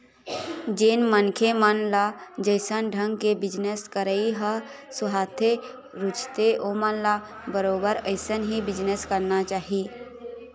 जेन मनखे मन ल जइसन ढंग के बिजनेस करई ह सुहाथे, रुचथे ओमन ल बरोबर अइसन ही बिजनेस करना चाही